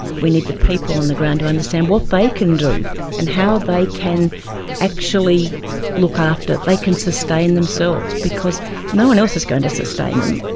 we need the people on the ground to understand what they can do and how they can actually look after, they like can sustain themselves, because no one else is going to sustain them.